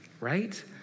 right